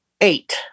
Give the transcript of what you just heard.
eight